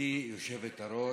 גברתי היושבת-ראש,